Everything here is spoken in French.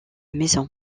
maison